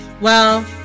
Well